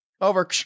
Over